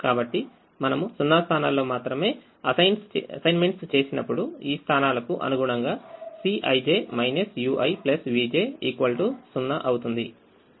కాబట్టిమనము 0 స్థానాల్లో మాత్రమేఅసైన్మెంట్స్ చేసినప్పుడు ఈ స్థానాలకు అనుగుణంగా Cij uivj 0 అవుతుంది